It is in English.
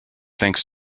thanks